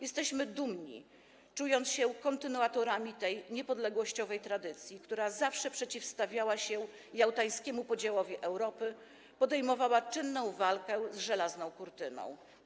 Jesteśmy z tego dumni i czujemy się kontynuatorami tej niepodległościowej tradycji, która zawsze przeciwstawiała się jałtańskiemu podziałowi Europy i podejmowała czynną walkę z żelazną kurtyną.